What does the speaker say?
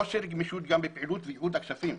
יש גם חוסר גמישות בפעילות וייעוד הכספים.